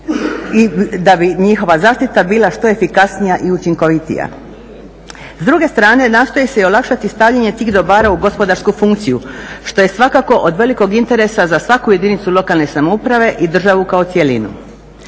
i da bi njihova zaštita bila što efikasnija i učinkovitija. S druge strane nastoji se olakšati stavljanje tih dobara u gospodarsku funkciju što je svakako od velikog interesa za svaku jedinice lokalne samouprave i državu kao cjelinu.